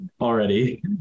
already